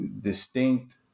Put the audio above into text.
distinct